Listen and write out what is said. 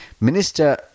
Minister